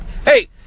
Hey